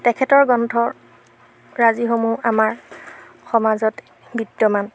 তেখেতৰ গ্ৰন্থ ৰাজিসমূহ আমাৰ সমাজত বিদ্যমান